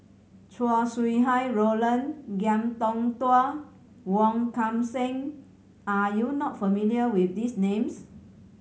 Chow Sau Hai Roland Ngiam Tong Dow Wong Kan Seng are you not familiar with these names